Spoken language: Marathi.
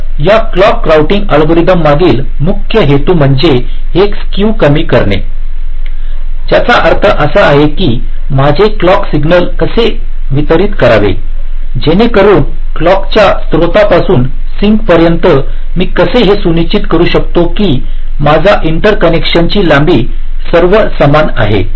तर या क्लॉक रोऊटिंग अल्गोरिदम मागील मुख्य हेतू म्हणजे हे स्क्यू कमी करणे ज्याचा अर्थ असा आहे की माझे क्लॉक सिग्नल कसे वितरित करावे जेणेकरून क्लॉक च्या स्त्रोतापासून सिंक पर्यंत मी कसे हे सुनिश्चित करू शकतो की माझ्या इंटर कनेक्शनसची लांबी सर्व समान आहे